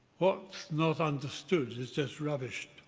what's not understood is just rubbish.